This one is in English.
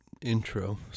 intro